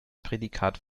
prädikat